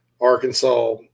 Arkansas